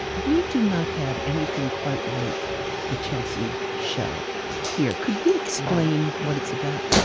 we do not have anything quite like the chelsea show here. could you explain what it's about?